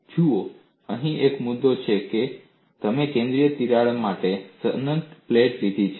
જુઓ અહીં એક મુદ્દો એ છે કે તમે કેન્દ્રીય તિરાડ સાથે અનંત પ્લેટ લીધી છે